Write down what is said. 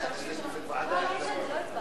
התשע"א 2011,